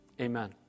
amen